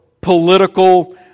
political